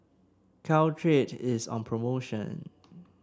Caltrate is on promotion